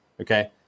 Okay